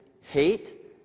hate